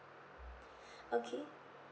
okay